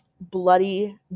bloody